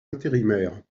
intérimaire